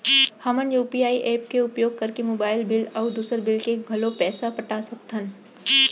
हमन UPI app के उपयोग करके मोबाइल बिल अऊ दुसर बिल के घलो पैसा पटा सकत हन